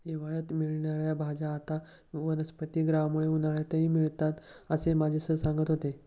हिवाळ्यात मिळणार्या भाज्या आता वनस्पतिगृहामुळे उन्हाळ्यातही मिळतात असं माझे सर सांगत होते